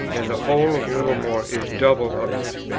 and the whole of littlemore is double of it.